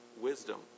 wisdom